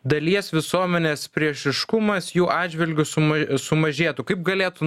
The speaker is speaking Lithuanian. dalies visuomenės priešiškumas jų atžvilgiu sumai sumažėtų kaip galėtų